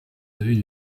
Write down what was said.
avaient